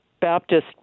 Baptist